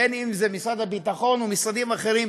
בין במשרד הביטחון או במשרדים אחרים,